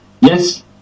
Yes